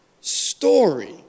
story